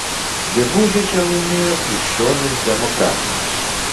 gegužę čia laimėjo krikščionys demokratai